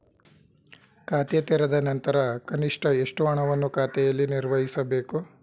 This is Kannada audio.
ಖಾತೆ ತೆರೆದ ನಂತರ ಕನಿಷ್ಠ ಎಷ್ಟು ಹಣವನ್ನು ಖಾತೆಯಲ್ಲಿ ನಿರ್ವಹಿಸಬೇಕು?